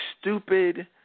stupid